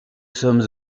sommes